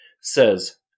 says